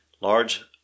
Large